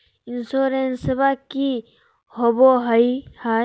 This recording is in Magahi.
इंसोरेंसबा की होंबई हय?